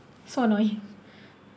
so annoying